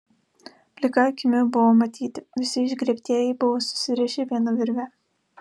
plika akimi buvo matyti visi išgriebtieji buvo susirišę viena virve